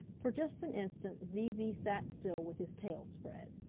for just an instant zee zee sat still with his tail spread.